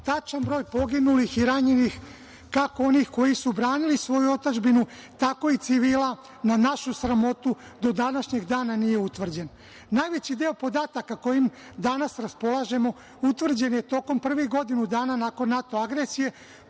Rakić. Tačan broj poginulih i ranjenih, kako onih koji su branili svoju otadžbinu, tako i civila, na našu sramotu, do današnjeg dana nije utvrđen. Najveći deo podataka kojim danas raspolažemo utvrđen je tokom prvih godinu dana nakon NATO agresije,